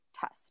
test